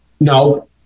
No